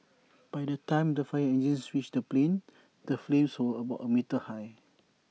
by the time the fire engines reached the plane the flames were about A metre high